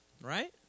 Right